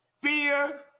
Fear